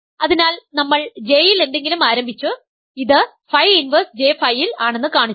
അതിനാൽ നമ്മൾ J യിൽ എന്തെങ്കിലും ആരംഭിച്ചു ഇത് ഫൈ ഇൻവേർസ് ഫൈ J യിൽ ആണെന്ന് കാണിച്ചു